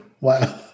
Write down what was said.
Wow